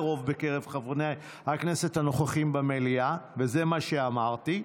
לרוב בקרב חברי הכנסת הנוכחים במליאה" וזה מה שאמרתי,